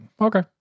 Okay